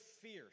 fierce